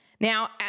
Now